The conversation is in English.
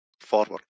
forward